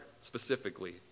specifically